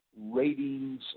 ratings